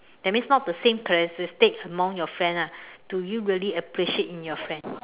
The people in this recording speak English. that means not the same characteristic among your friends ah do you really appreciate in your friends